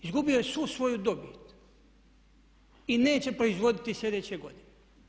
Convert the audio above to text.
Izgubio je svu svoju dobit i neće proizvoditi sljedeće godine.